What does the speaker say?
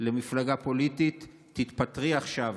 למפלגה פוליטית, תתפטרי עכשיו.